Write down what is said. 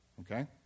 okay